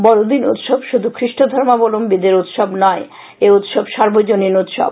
বডদিন উৎসব শুধু খ্রীষ্ট ধর্মাবলশ্বীদের উৎসব নয় এ উৎসব সার্বজনীন উৎসব